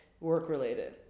work-related